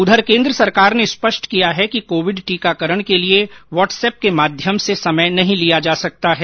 उधर केन्द्र सरकार ने स्पष्ट किया है कि कोविड टीकाकरण के लिए व्हाट्सएप के माध्यम से समय नहीं लिया जा सकता है